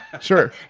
Sure